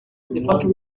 l’avis